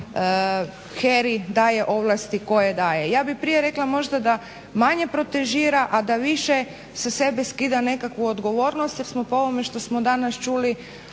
HERA-i daje ovlasti koje daje. Ja bih prije rekla možda da manje protežira, a da više sa sebe skida nekakvu odgovornost jer smo po ovome što smo danas čuli